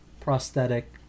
prosthetic